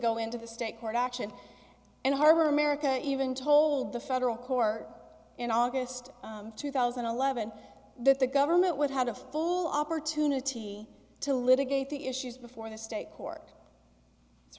go into the state court action and harbor america even told the federal court in august two thousand and eleven that the government would have a full opportunity to litigate the issues before the state court it